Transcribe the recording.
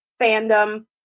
Fandom